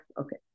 okay